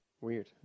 Weird